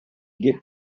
get